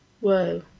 Whoa